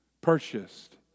purchased